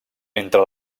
entre